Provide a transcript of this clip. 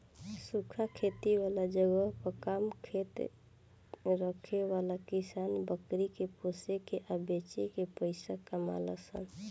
सूखा खेती वाला जगह पर कम खेत रखे वाला किसान बकरी के पोसे के आ बेच के पइसा कमालन सन